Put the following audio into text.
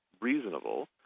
reasonable